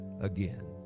again